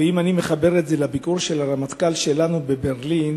ואם אני מחבר את זה לביקור של הרמטכ"ל שלנו בברלין